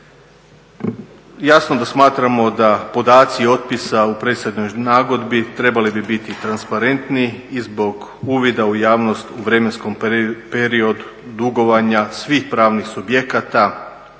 Jasno da smatramo da podaci otpisa u …/Govornik se ne razumije./… nagodbi trebali bi biti transparentni i zbog uvida u javnost u vremenskom periodu dugovanja svih pravnih subjekata kojima su